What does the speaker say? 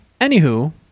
Anywho